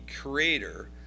creator